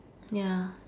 ya